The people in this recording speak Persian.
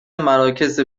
مراکز